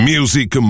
Music